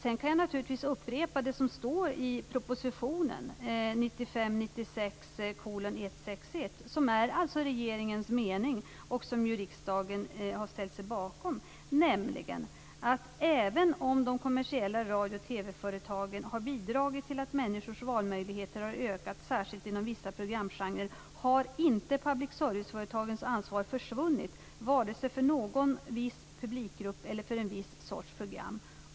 Jag kan naturligtvis upprepa det som står i propositionen 1995/96:161, som är regeringens mening och som också riksdagen har ställt sig bakom. Regeringen skriver där att även om de kommersiella radiooch TV-företagen har bidragit till att människors valmöjligheter har ökat, särskilt inom vissa programgenrer, har inte public service-företagens ansvar försvunnit, vare sig för någon viss publikgrupp eller för en viss sorts program.